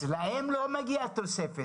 להם לא מגיעה תוספת.